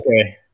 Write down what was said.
Okay